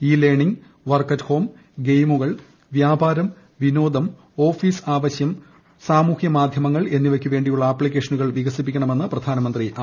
E learning work home ഗെയിമുകൾ വ്യാപാരം വിനോദം ഓഫീസ് ആവശ്യ സാമൂഹ്യ മാധ്യമങ്ങൾ എന്നിവയ്ക്കുവേണ്ടിയുള്ള ആപ്പിക്കേഷനുകൾ വികസിപ്പിക്കണമെന്നും പ്രധാനമന്ത്രി പറഞ്ഞു